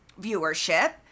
viewership